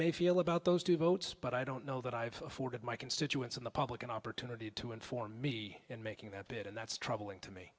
may feel about those two votes but i don't know that i've forgot my constituents in the public an opportunity to inform me in making that bit and that's troubling to me